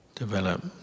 develop